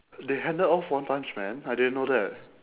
they handed off one punch man I didn't know that